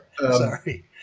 Sorry